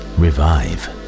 revive